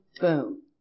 boom